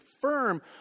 firm